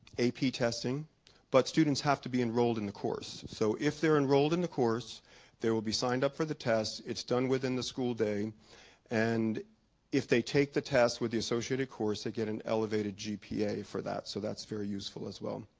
testing but students have to be enrolled in the course so if they're enrolled in the course there will be signed up for the tests it's done within the school day and if they take the test with the associated course they get an elevated gpa for that so that's very useful as well.